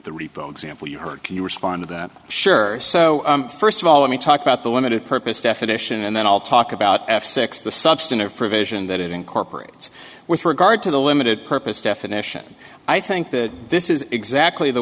the repo example you heard can you respond to that sure so first of all let me talk about the limited purpose definition and then i'll talk about if six the substantive provision that it incorporates with regard to the limited purpose definition i think that this is exactly the